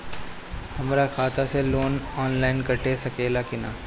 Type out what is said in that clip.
हमरा खाता से लोन ऑनलाइन कट सकले कि न?